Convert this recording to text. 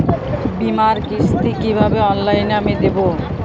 বীমার কিস্তি কিভাবে অনলাইনে আমি দেবো?